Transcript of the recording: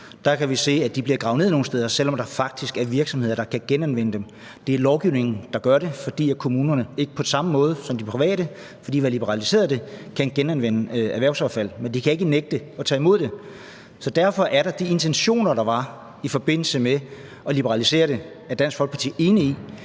der kan vi se, at de nogle steder bliver gravet ned, selv om der faktisk er virksomheder, der kan genanvende dem. Det er lovgivningen, der gør det, fordi kommunerne ikke på samme måde som de private – fordi man liberaliserede det – kan genanvende erhvervsaffald. Men de kan ikke nægte at tage imod det. Så derfor er Dansk Folkeparti enig i de intentioner, der var, da man liberaliserede det, men der er bare